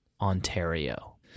Ontario